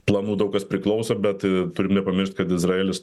planų daug kas priklauso bet turim nepamiršt kad izraelis